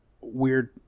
weird